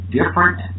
different